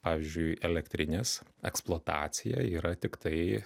pavyzdžiui elektrinės eksploatacija yra tiktai